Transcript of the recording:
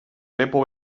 lepo